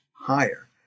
higher